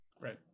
Right